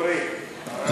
אורי,